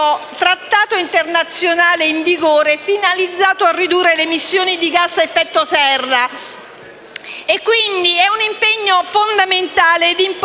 trattato internazionale in vigore finalizzato a ridurre le emissioni di gas ad effetto serra e quindi costituisce un impegno fondamentale ed importantissimo.